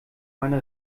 meine